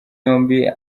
yombi